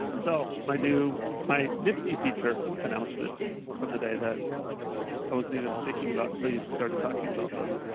so my new, my nifty feature announcement from the day that i wasn't even thinking about until you started talking about those.